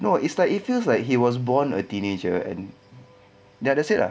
no is like he feels like he was born a teenager and that's it lah